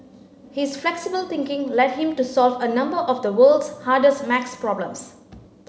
his flexible thinking led him to solve a number of the world's hardest maths problems